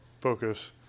focus